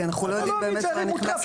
כי אנחנו לא יודעים באמת מה נכנס.